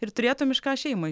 ir turėtum iš ką šeimą